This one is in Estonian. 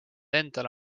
endal